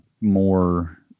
more